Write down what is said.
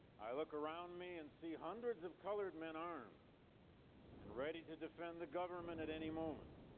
i look around me and see hundreds of colored men armed and ready to defend the government at any moment.